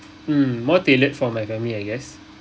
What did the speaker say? mm more tailored for my family I guess